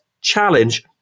challenge